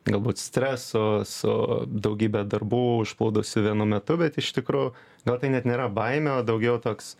galbūt stresu su daugybe darbų užplūdusių vienu metu bet iš tikro gal tai net nėra baimė o daugiau toks